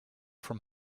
from